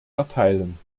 erteilen